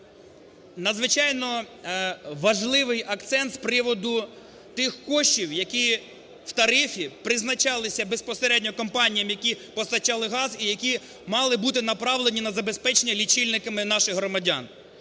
надзвичайно важливий акцент з приводу тих коштів, які в тарифі призначалися безпосередньо компаніям, які постачали газ і які мали бути направлені на забезпечення лічильниками наших громадян.